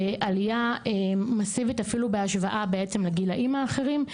עלייה מסיבית אפילו בהשוואה בעצם לגילאים האחרים.